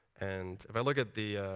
and if i look at the